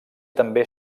també